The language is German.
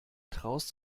traust